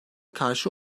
karşı